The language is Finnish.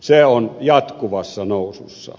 se on jatkuvassa nousussa